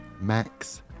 Max